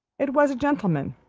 it was a gentleman,